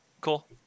Cool